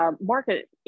market